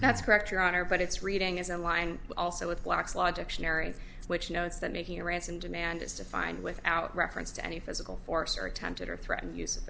that's correct your honor but it's reading is in line also with black's law dictionary which notes that making a ransom demand is defined without reference to any physical force or attempted or threatened use